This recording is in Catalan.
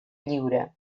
lliure